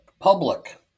Public